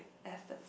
efforts